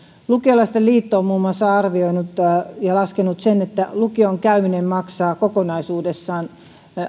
lukiolaisten liitto on muun muassa arvioinut ja laskenut sen että lukion käyminen maksaa kokonaisuudessaan